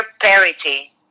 parity